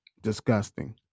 disgusting